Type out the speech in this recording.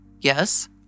Yes